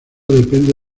depende